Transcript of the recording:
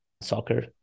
Soccer